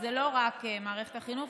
זו לא רק מערכת החינוך,